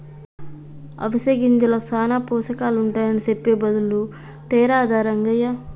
అవిసె గింజల్ల సానా పోషకాలుంటాయని సెప్పె బదులు తేరాదా రంగయ్య